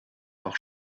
auch